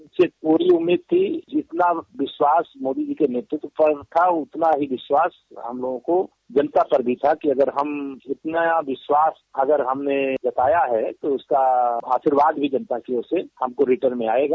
इसकी पूरी उम्मीद थी कि जितना विश्वास मोदी जी के नेतृत्व पर था उतना ही विश्वास हम लोगों को जनता पर भी था कि अगर इतना विश्वास हमने जताया है कि इसका आशीर्वाद भी जनता की ओर से हमको रिर्टन में आयेगा